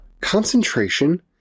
concentration